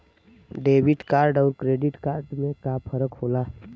Debit card अउर credit card में का फर्क होला?